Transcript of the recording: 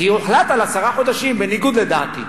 כי הוחלט על עשרה חודשים, בניגוד לדעתי.